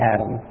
Adam